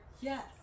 yes